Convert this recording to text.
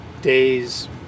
days